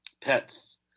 pets